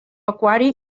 pecuari